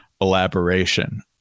elaboration